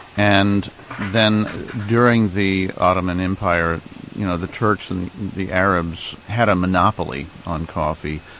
and then during the ottoman empire you know the turks and the the arabs had a monopoly on coffee,